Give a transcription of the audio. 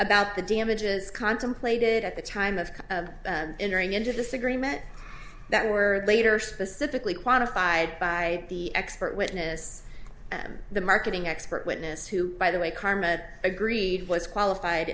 about the damages contemplated at the time of entering into this agreement that were later specifically quantified by the expert witness the marketing expert witness who by the way carmen agreed was qualified